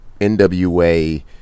NWA